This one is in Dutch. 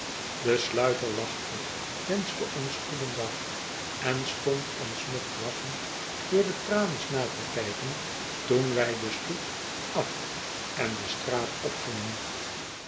de sluiter lachte wenschte ons goedendag en stond ons nog lachend door de tralies na te kijken toen wij de stoep af en de straat opgingen